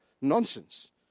nonsense